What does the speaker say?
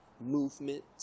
movement